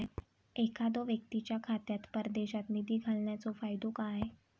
एखादो व्यक्तीच्या खात्यात परदेशात निधी घालन्याचो फायदो काय?